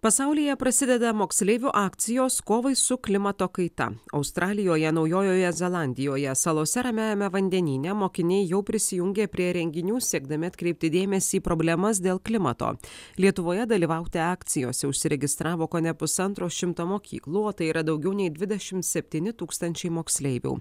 pasaulyje prasideda moksleivių akcijos kovai su klimato kaita australijoje naujojoje zelandijoje salose ramiajame vandenyne mokiniai jau prisijungė prie renginių siekdami atkreipti dėmesį problemas dėl klimato lietuvoje dalyvauti akcijose užsiregistravo kone pusantro šimto mokyklų o tai yra daugiau nei dvidešimt septyni tūkstančiai moksleivių